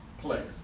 player